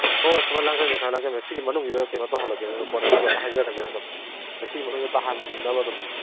ꯑꯣ ꯁꯤꯒꯤ ꯃꯅꯨꯡꯁꯤꯗ ꯀꯩꯅꯣ ꯇꯧꯍꯜꯂꯛꯀꯦꯅꯦ ꯀꯣꯟꯅꯅꯕ ꯍꯥꯏꯖꯔꯛꯑꯒꯦꯅꯦ ꯑꯗꯨꯝ ꯃꯁꯤꯒꯤ ꯃꯅꯨꯡꯗ ꯇꯥꯍꯟꯅꯕ ꯑꯗꯨꯝ